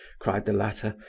cried the latter.